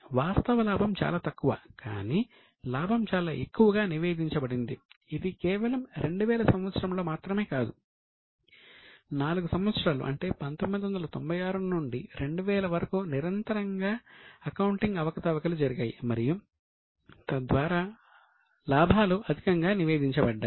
వాస్తవ లాభం చాలా తక్కువ కానీ లాభం చాలా ఎక్కువగా నివేదించబడింది ఇది కేవలం 2000 సంవత్సరంలో మాత్రమే కాదు నాలుగు సంవత్సరాలు అంటే 1996 నుండి 2000 వరకు నిరంతరంగా అకౌంటింగ్ అవకతవకలు జరిగాయి మరియు తద్వారా లాభాలు అధికంగా నివేదించబడ్డాయి